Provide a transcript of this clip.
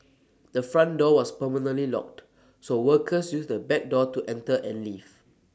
the front door was permanently locked so workers used the back door to enter and leave